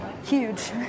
huge